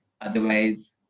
Otherwise